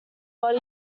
body